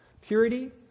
purity